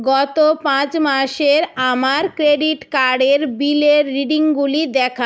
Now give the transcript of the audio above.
গত পাঁচ মাসের আমার ক্রেডিট কার্ডের বিলের রিডিংগুলি দেখান